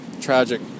tragic